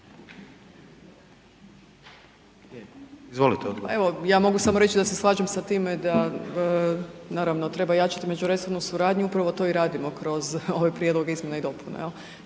Nataša** Pa evo, ja mogu samo reći da se slažem sa time da naravno treba jačati međuresornu suradnju, upravo to i radimo kroz ove prijedloge izmjena i dopuna.